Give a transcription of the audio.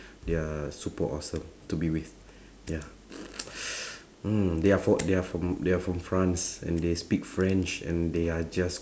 they're super awesome to be with ya mm they are from they are from they are from france and they speak french and they are just